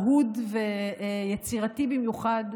אהוד ויצירתי במיוחד,